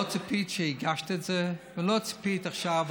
לא ציפית כשהגשת את זה, ולא ציפית עכשיו.